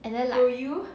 and then like